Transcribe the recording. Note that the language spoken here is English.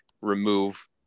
remove